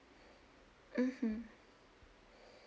mmhmm